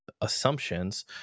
assumptions